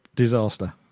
disaster